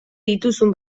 dituzun